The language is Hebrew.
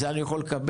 את זה אני יכול לקבל.